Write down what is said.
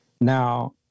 Now